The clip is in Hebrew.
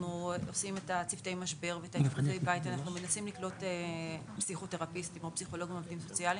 אנחנו מנסים לקלוט פסיכותרפיסטים או פסיכולוגים ועובדים סוציאליים.